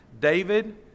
David